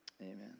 amen